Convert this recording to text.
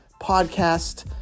podcast